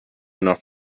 enough